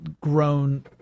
grown